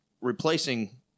replacing